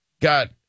got